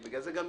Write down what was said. בגלל זה גם,